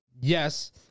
Yes